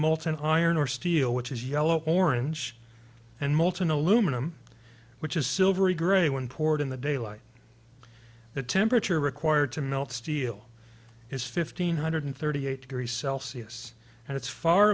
molten iron or steel which is yellow orange and molten aluminum which is silvery grey when poured in the daylight the temperature required to melt steel is fifteen hundred thirty eight degrees celsius and it's far